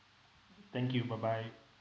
thank you bye bye